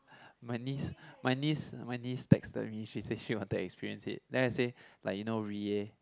my niece my niece my niece texted me she said she want to experience it then I say like you know Reid